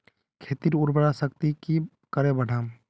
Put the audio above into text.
खेतीर उर्वरा शक्ति की करे बढ़ाम?